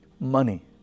Money